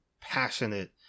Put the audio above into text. passionate